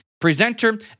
Presenter